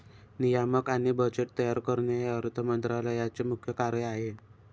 नियामक आणि बजेट तयार करणे हे अर्थ मंत्रालयाचे मुख्य कार्य आहे